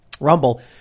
Rumble